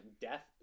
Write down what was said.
death